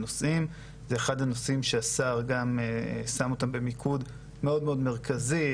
הנושאים שהשר שם אותם גם במיקוד מאוד מאוד מרכזי.